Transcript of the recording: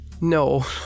No